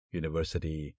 university